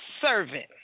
servant